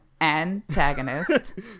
antagonist